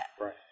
right